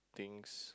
things